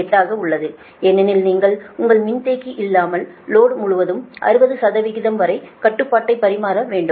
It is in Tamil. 9238 ஆக உள்ளது ஏனெனில் நீங்கள் உங்கள் மின்தேக்கி இல்லாமல் லோடு முழுவதும் 60 வரை கட்டுப்பாட்டை பராமரிக்க வேண்டும்